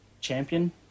champion